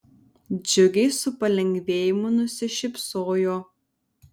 džiugiai su palengvėjimu nusišypsojo